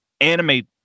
animate